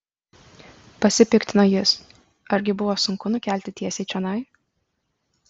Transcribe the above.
pasipiktino jis argi buvo sunku nukelti tiesiai čionai